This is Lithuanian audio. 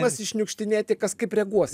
pasišniukštinėti kas kaip reaguos